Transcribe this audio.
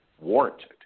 warranted